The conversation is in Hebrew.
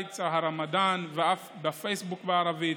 לרמדאן ואף בפייסבוק בערבית.